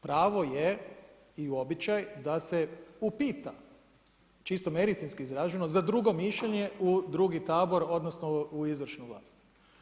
Pravo je i običaj da se upita, čisto medicinsko izraženo za drugo mišljenje u drugi tabor, odnosno, u izvršnu vlast.